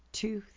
two